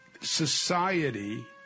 society